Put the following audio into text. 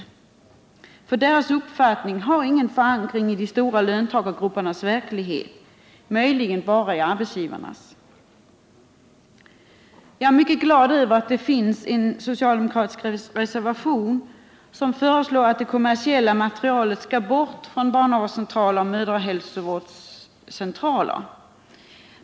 Deras uppfattning om behovet av föräldraförsäkring har ingen förankring i de stora löntagargruppernas verklighet — möjligen bara i arbetsgivarnas. Jag är mycket glad över att det föreligger en socialdemokratisk reservation, där det föreslås att det kommersiella materialet skall bort från barnavårdsoch mödrahälsovårdscentraler.